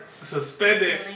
Suspended